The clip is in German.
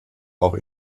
auch